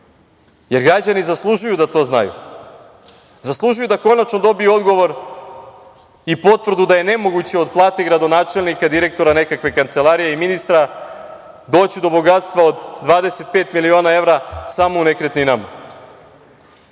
jer građani zaslužuju da to znaju, zaslužuju da konačno dobiju odgovor i potvrdu da je nemoguće od plate gradonačelnika, direktora nekakve kancelarije i ministra doći do bogatstva od 25 miliona evra samo u nekretninama. Kandidatima